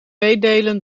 meedelen